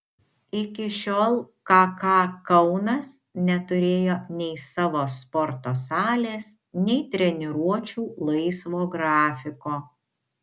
iki šiol kk kaunas neturėjo nei savo sporto salės nei treniruočių laisvo grafiko